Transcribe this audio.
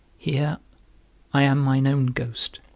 here i am mine own ghost,